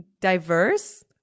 diverse